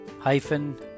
hyphen